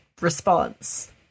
response